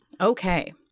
Okay